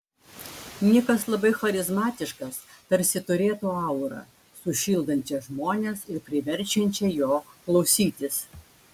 nikas labai charizmatiškas tarsi turėtų aurą sušildančią žmones ir priverčiančią jo klausytis